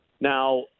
Now